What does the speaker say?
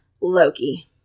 Loki